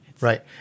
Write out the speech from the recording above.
right